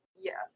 yes